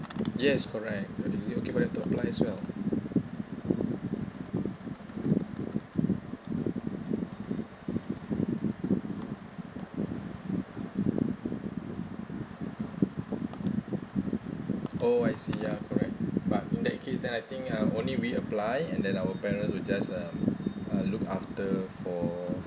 yes correct uh is it okay for them to apply as well oh I see yeah correct but in that case then I think uh only we apply and then our parent will just um uh look after for